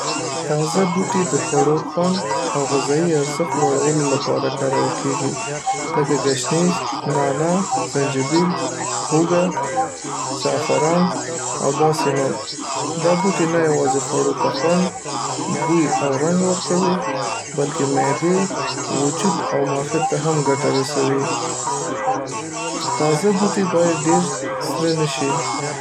تازه بوټي د خوړو خوند او غذايي ارزښت لوړولو لپاره کارول کیږي لکه ګشنیز، نعناع، زنجبیل، هوږه، زعفران او داسي نور. دا بوټي نه یوازې خواړو ته خوند، بوی او رنګ ورکوي، بلکې معدې، وجود او معافیت ته هم ګټه رسوي. تازه بوټي باید ډیر سره نشي.